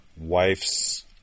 wife's